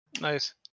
nice